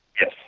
Yes